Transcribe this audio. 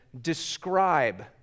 describe